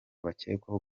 bakekwaho